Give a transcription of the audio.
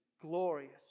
glorious